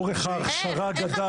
--- אבל אתה